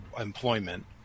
employment